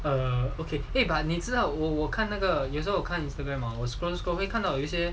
err okay eh but 你知道我我看那个有时候看 Instagram 我 scroll scroll 会看到有一些